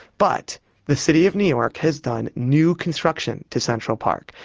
but the city of new york has done new construction to central park.